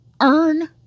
earn